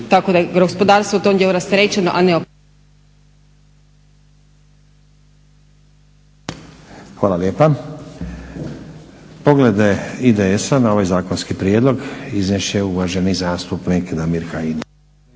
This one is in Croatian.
Tako da je gospodarstvo u tom dijelu rasterećeno, a ne opterećeno. **Stazić, Nenad (SDP)** Hvala lijepa. Poglede IDS-a na ovaj zakonski prijedlog iznest će uvaženi zastupnik Damir Kajin.